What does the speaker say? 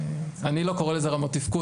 אני לא קורא לזה "רמות תפקוד",